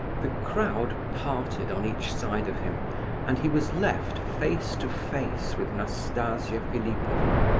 the crowd parted on each side of him and he was left face to face with nastasia philipovna,